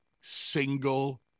single